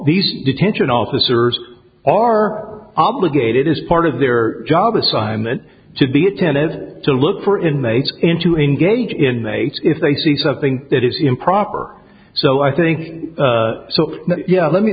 these detention officer are obligated as part of their job assignment to be attentive to look for inmates in to engage in a if they see something that is improper so i think so yeah let me